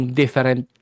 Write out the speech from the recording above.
different